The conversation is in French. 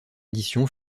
édition